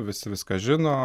visi viską žino